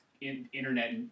internet